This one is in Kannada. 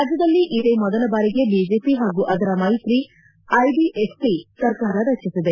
ರಾಜ್ಯದಲ್ಲಿ ಇದೇ ಮೊದಲ ಬಾರಿಗೆ ಬಿಜೆಪಿ ಹಾಗೂ ಅದರ ಮೈತ್ರಿ ಐಬಿಎಫ್ಟ ಸರ್ಕಾರ ರಚಿಸಿದೆ